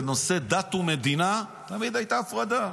בנושא דת ומדינה תמיד הייתה הפרדה.